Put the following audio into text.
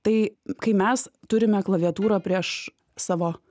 tai kai mes turime klaviatūrą prieš savo